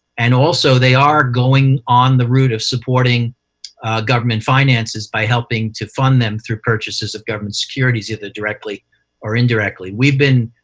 and also they are going on the route of supporting government finances by helping to fund them through purchases of government securities, either directly or indirectly. we've been